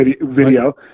video